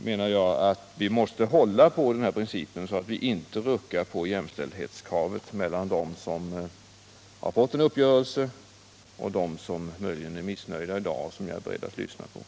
Men man får inte rucka på kravet om jämställdhet mellan dem som har fått en uppgörelse och dem som möjligen fortfarande är missnöjda i dag och som jag är beredd att lyssna till.